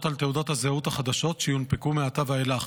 על תעודות הזהות החדשות שינופקו מעתה ואילך.